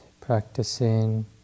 practicing